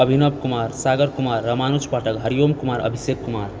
Abhinav Kumar Sagar Kumar Ramanuj Pathak Hariom Kumar Abhishek Kumar